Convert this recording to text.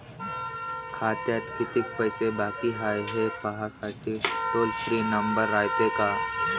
खात्यात कितीक पैसे बाकी हाय, हे पाहासाठी टोल फ्री नंबर रायते का?